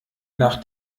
nach